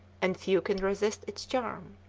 and few can resist its charm.